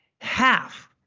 half